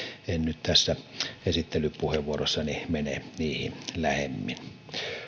en nyt tässä esittelypuheenvuorossani mene niihin lähemmin